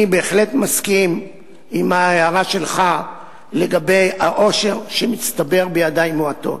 אני בהחלט מסכים עם ההערה שלך לגבי העושר שמצטבר בידיים מועטות,